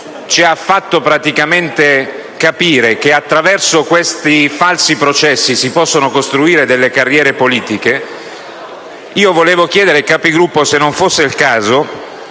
ci ha fatto praticamente capire che attraverso questi falsi processi si possono costruire delle carriere politiche, volevo chiedere ai Capigruppo se non sia il caso